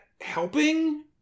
helping